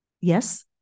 Yes